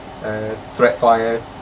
ThreatFire